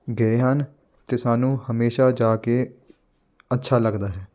ਗਏ ਹਨ ਅਤੇ ਸਾਨੂੰ ਹਮੇਸ਼ਾ ਜਾ ਕੇ ਅੱਛਾ ਲੱਗਦਾ ਹੈ